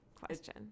question